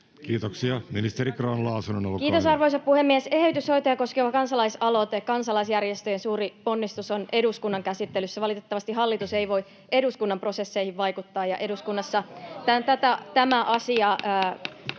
vihr) Time: 16:55 Content: Kiitos, arvoisa puhemies! Eheytyshoitoja koskeva kansalaisaloite, kansalaisjärjestöjen suuri ponnistus, on eduskunnan käsittelyssä. Valitettavasti hallitus ei voi eduskunnan prosesseihin vaikuttaa, [Välihuutoja — Puhemies